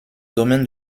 domaine